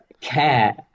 care